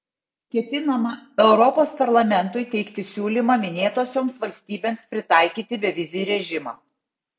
ketinama europos parlamentui teikti siūlymą minėtosioms valstybėms pritaikyti bevizį režimą